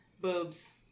Boobs